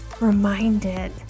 reminded